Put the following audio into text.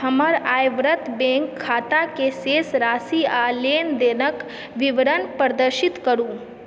हमर आइव्रत बैंक खाताके शेष राशि आओर लेनदेनके विवरण प्रदर्शित करू